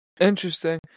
Interesting